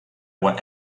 were